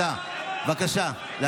בבקשה להמשיך.